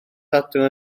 sadwrn